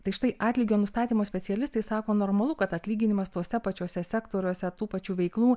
tai štai atlygio nustatymo specialistai sako normalu kad atlyginimas tuose pačiuose sektoriuose tų pačių veiklų